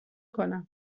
کنم